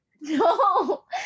no